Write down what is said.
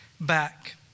back